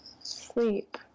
sleep